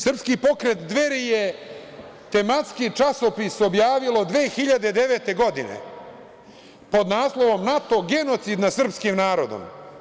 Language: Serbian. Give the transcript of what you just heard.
Srpski pokret Dveri je tematski časopis objavilo 2009. godine, pod naslovom „NATO genocid nad srpskim narodom“